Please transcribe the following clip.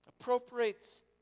Appropriates